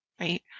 right